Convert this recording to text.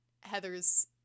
Heather's